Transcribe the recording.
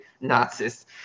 Nazis